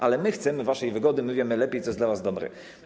Ale my chcemy waszej wygody, my wiemy lepiej, co jest dla was dobre.